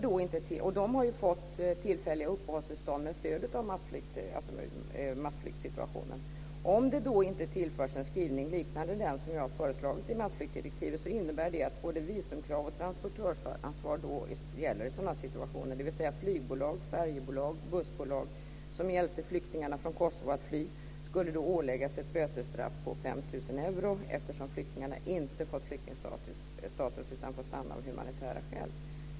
De har ju fått tillfälliga uppehållstillstånd med stöd av massflyktssituationen. Om det då inte tillförs en skrivning liknande den som jag har föreslagit i massflyktsdirektivet innebär det att både visumkrav och transportörsansvar gäller i sådana situationer. Det innebär att flygbolag, färjebolag och bussbolag som hjälpte flyktingarna från Kosovo att fly skulle åläggas ett bötesstraff på 5 000 euro, eftersom flyktingarna inte fått flyktingstatus utan fått stanna av humanitära skäl.